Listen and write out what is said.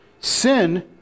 sin